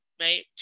Right